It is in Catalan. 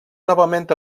novament